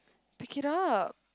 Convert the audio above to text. pick it up